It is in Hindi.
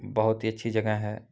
बहुत ही अच्छी जगह है